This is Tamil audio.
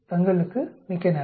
தங்களுக்கு மிக்க நன்றி